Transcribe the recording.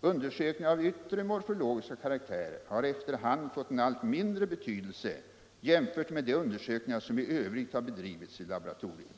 Undersöknihgur av yttre morfologisk karaktär har efter hand fått en allt mindre betydelse jämfört med de undersökningar som i övrigt har bedrivits i laboratoriet.